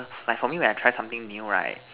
like for me when I try something new right